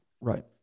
right